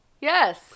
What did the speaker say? yes